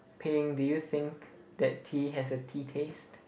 Ping do you think that tea has a tea taste